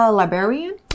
librarian